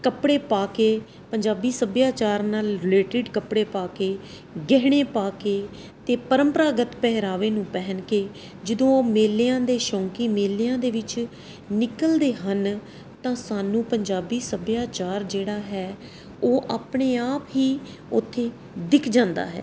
ਕੱਪੜੇ ਪਾ ਕੇ ਪੰਜਾਬੀ ਸੱਭਿਆਚਾਰ ਨਾਲ ਰਿਲੇਟਡ ਕੱਪੜੇ ਪਾ ਕੇ ਗਹਿਣੇ ਪਾ ਕੇ ਅਤੇ ਪਰੰਪਰਾਗਤ ਪਹਿਰਾਵੇ ਨੂੰ ਪਹਿਨ ਕੇ ਜਦੋਂ ਉਹ ਮੇਲਿਆਂ ਦੇ ਸ਼ੌਕੀ ਮੇਲਿਆਂ ਦੇ ਵਿੱਚ ਨਿਕਲਦੇ ਹਨ ਤਾਂ ਸਾਨੂੰ ਪੰਜਾਬੀ ਸੱਭਿਆਚਾਰ ਜਿਹੜਾ ਹੈ ਉਹ ਆਪਣੇ ਆਪ ਹੀ ਉੱਥੇ ਦਿੱਖ ਜਾਂਦਾ ਹੈ